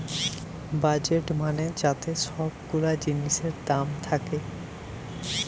budget মানে যাতে সব গুলা জিনিসের দাম থাকে